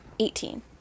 Eighteen